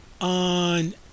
on